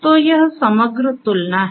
तो यह समग्र तुलना है